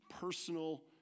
personal